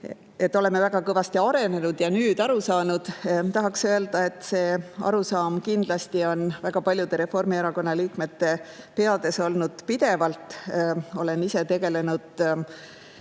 oleme väga kõvasti arenenud ja nüüd aru saanud. Tahaks öelda, et see arusaam kindlasti on väga paljude Reformierakonna liikmete peades olnud pidevalt. Olen ise tegelenud